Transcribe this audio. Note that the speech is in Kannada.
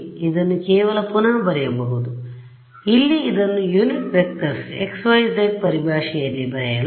ಆದ್ದರಿಂದ ಇಲ್ಲಿ ಇದನ್ನು unit vectors xˆ yˆ zˆ ಪರಿಭಾಷೆಯಲ್ಲಿ ಬರೆಯಲಾಗಿದೆ